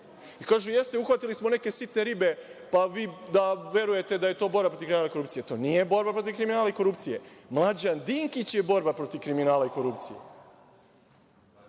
- jeste uhvatili smo neke sitne ribe, pa vi da verujete da je to borba protiv kriminala i korupcije. To nije borba protiv kriminala i korupcije. Mlađan Dinkić je borba protiv kriminala i korupcije.